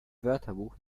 wörterbuch